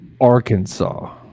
Arkansas